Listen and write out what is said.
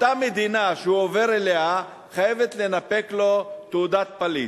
אותה מדינה שהוא עובר אליה חייבת לנפק לו תעודת פליט.